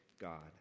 God